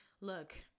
Look